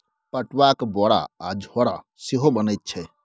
पटुआक बोरा आ झोरा सेहो बनैत छै